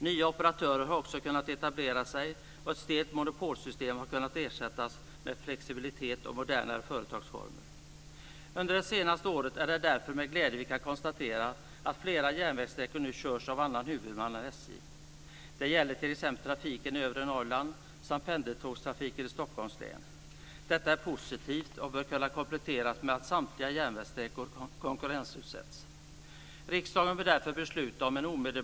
Nya operatörer har också kunnat etablera sig, och ett stelt monopolsystem har kunnat ersättas med flexibilitet och modernare företagsformer. Under det senaste året är det därför med glädje som vi kan konstatera att flera järnvägssträckor nu körs av annan huvudman än SJ. Det gäller t.ex. trafiken i övre Norrland samt pendeltågstrafiken i Stockholms län. Detta är positivt och bör kunna kompletteras med att samtliga järnvägssträckor konkurrensutsätts.